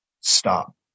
stop